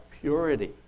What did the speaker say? purity